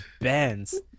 bands